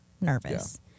nervous